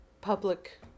public